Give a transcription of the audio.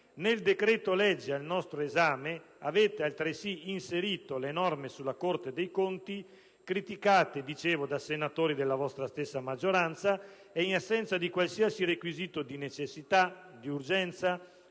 nel decreto-legge al nostro esame avete altresì inserito le norme sulla Corte dei conti criticate - dicevo - da senatori della vostra stessa maggioranza ed in assenza di qualsiasi requisito di necessità, di urgenza,